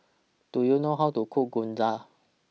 Do YOU know How to Cook Gyoza